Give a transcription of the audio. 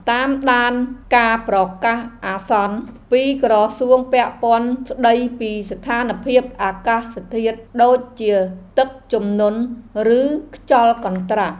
តាមដានការប្រកាសអាសន្នពីក្រសួងពាក់ព័ន្ធស្តីពីស្ថានភាពអាកាសធាតុដូចជាទឹកជំនន់ឬខ្យល់កន្ត្រាក់។